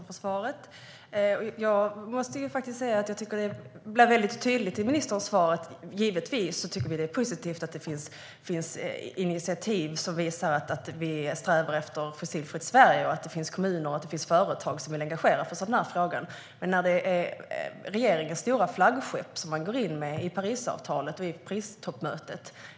Fru talman! Tack så mycket, ministern, för svaret! Givetvis tycker vi att det är positivt att det finns initiativ som visar att man strävar efter ett fossilfritt Sverige och att det finns företag och kommuner som är engagerade i den här frågan. Initiativet Fossilfritt Sverige är regeringens stora flaggskepp som man tar upp vid Paristoppmötet.